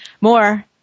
More